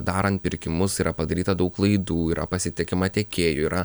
darant pirkimus yra padaryta daug klaidų yra pasitikima tiekėju yra